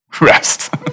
Rest